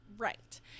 Right